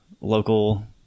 local